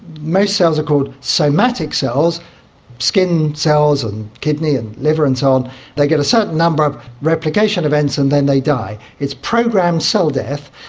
most cells are called somatic cells skin cells and kidney and liver and so on they get a certain number of replication events and then they die. it's programmed cell death.